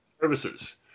services